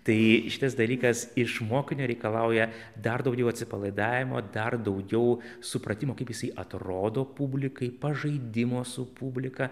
tai šitas dalykas iš mokinio reikalauja dar daugiau atsipalaidavimo dar daugiau supratimo kaip jisai atrodo publikai pažaidimo su publika